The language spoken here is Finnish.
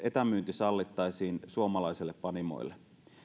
sallittaisiin suomalaisille panimoille